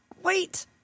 wait